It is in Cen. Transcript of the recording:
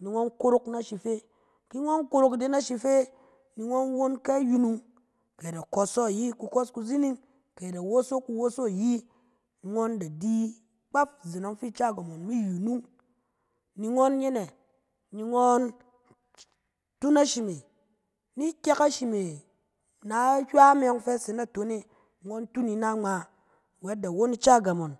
ni ngɔn korok na shi fe. Ki ngɔn korok na shi fe, ni ngɔn won ke na yunung, kɛ da kɔsɔ ayi kukɔs kuzining, kɛ da woso kuwoso ayi, ngɔn da di, kpaf izen ɔng fi ica gam ngɔn mi yunung, ni ngɔn nye anɛ? Ni ngɔn- tun ashi me, ni kyɛk ashi me na ahywɛ me yɔng fɛ a se naton e, ngɔn tun ina ngma, wɛt da won ica gam ngɔn.